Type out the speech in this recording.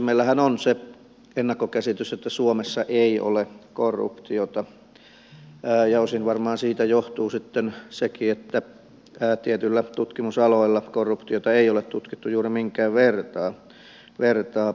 meillähän on se ennakkokäsitys että suomessa ei ole korruptiota ja osin varmaan siitä johtuu sitten sekin että tietyillä tutkimusaloilla korruptiota ei ole tutkittu juuri minkään vertaa